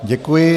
Děkuji.